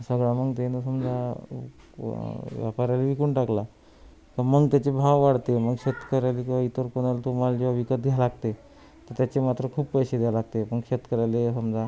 सगळा मग त्यानं समजा व्यापाऱ्याला विकून टाकला का मग त्याचे भाव वाढते मग शेतकऱ्याला किंवा इतर कोणाला तो माल जेव्हा विकत घ्या लागते तर त्याचे मात्र खूप पैसे द्या लागते पण शेतकऱ्याला समजा